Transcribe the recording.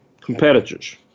Competitors